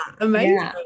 Amazing